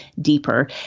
deeper